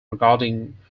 regarding